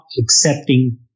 accepting